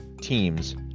teams